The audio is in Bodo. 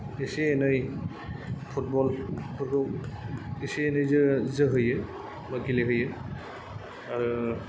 एसे एनै फुटबल बेफोरखौ एसे एनै जो जोहोयो बा गेलेहोयो आरो